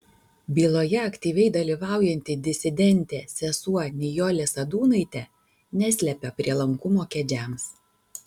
byloje aktyviai dalyvaujanti disidentė sesuo nijolė sadūnaitė neslepia prielankumo kedžiams